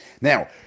Now